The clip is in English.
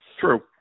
True